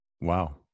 Wow